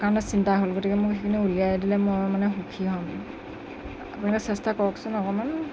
কাৰণে চিন্তা হ'ল গতিকে মোক সেইখিনি উলিয়াই দিলে মই মানে সুখী হ'ম আপোনালোকে চেষ্টা কৰকচোন অকণমান